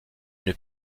une